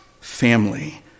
family